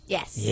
Yes